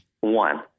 One